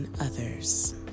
others